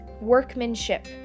workmanship